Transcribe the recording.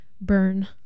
burn